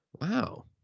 wow